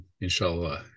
inshallah